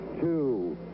two